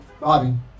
Bobby